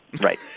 Right